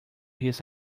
his